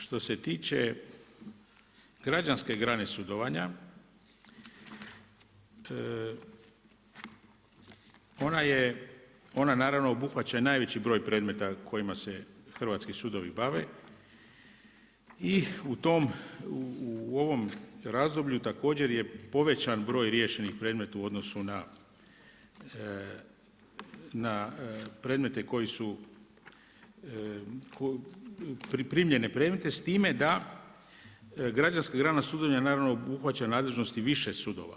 Što se tiče građanske grane sudovanja ona naravno obuhvaća najveći broj predmeta kojima se hrvatski sudovi bave i u ovom razdoblju također je povećan broj riješenih predmeta u odnosu na primljene predmete s time da građanska grana sudovanja naravno obuhvaća nadležnosti više sudova.